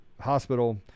hospital